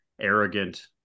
arrogant